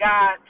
God